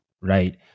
right